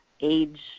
age